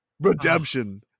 Redemption